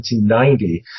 1990